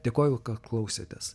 dėkoju kad klausėtės